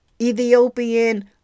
Ethiopian